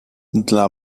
dla